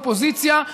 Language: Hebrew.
אופוזיציה,